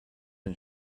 and